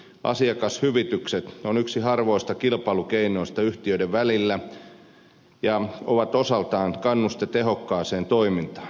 asiakashyvitykset ovat yksi harvoista kilpailukeinoista yhtiöiden välillä ja ovat osaltaan kannuste tehokkaaseen toimintaan